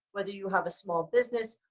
whether you have a small business,